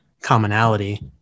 commonality